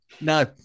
No